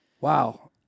Wow